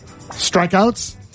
Strikeouts